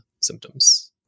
symptoms